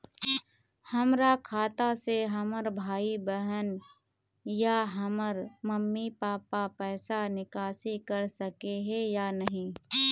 हमरा खाता से हमर भाई बहन या हमर मम्मी पापा पैसा निकासी कर सके है या नहीं?